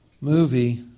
movie